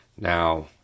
Now